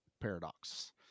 paradox